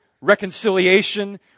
reconciliation